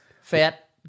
fat